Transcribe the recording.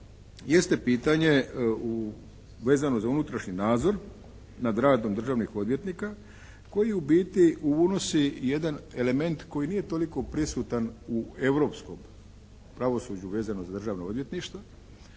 jeste pitanje vezano za unutrašnji nadzor nad radom državnih odvjetnika koji u biti unosi jedan element koji nije toliko prisutan u europskom pravosuđu vezano za državna odvjetništva,